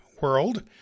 world